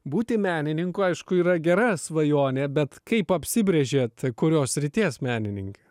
būti menininku aišku yra gera svajonė bet kaip apsibrėžėt kurios srities menininkė